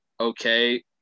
okay